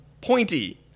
pointy